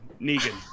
Negan